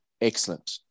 excellent